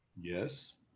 Yes